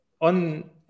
On